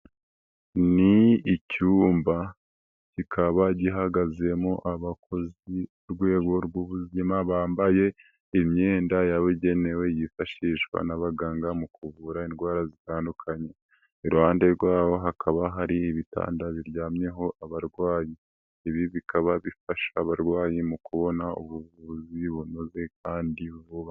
Ni icyumba ,kikaba gihagazemo abakozi ku rwego rw'ubuzima ,bambaye imyenda yabugenewe yifashishwa n'abaganga mu kuvura indwara zitandukanye ,iruhande rwabo hakaba hari ibitanda biryamyeho abarwayi, ibi bikaba bifasha abarwayi mu kubona ubuvuzi bunoze kandi vuba.